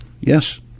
yes